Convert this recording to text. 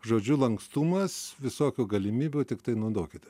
žodžiu lankstumas visokių galimybių tiktai naudokite